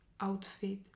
outfit